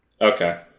Okay